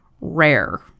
rare